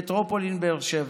במטרופולין באר שבע,